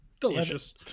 Delicious